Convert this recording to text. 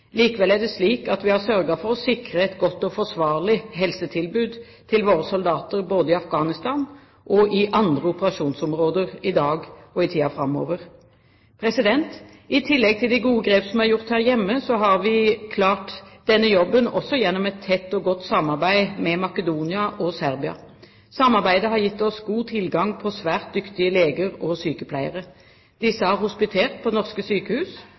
Likevel er det slik at vi har sørget for å sikre et godt og forsvarlig helsetilbud til våre soldater både i Afghanistan og i andre operasjonsområder i dag og i tiden framover. I tillegg til de gode grep som er gjort her hjemme, har vi klart denne jobben også gjennom et tett og godt samarbeid med Makedonia og Serbia. Samarbeidet har gitt oss god tilgang på svært dyktige leger og sykepleiere. Disse har hospitert på norske sykehus